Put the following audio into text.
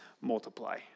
multiply